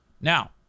Now